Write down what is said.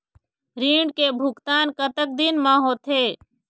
ऋण के भुगतान कतक दिन म होथे?